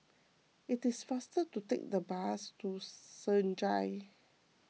it is faster to take the bus to Senja